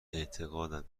اعتقادم